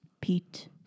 Pete